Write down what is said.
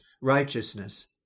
righteousness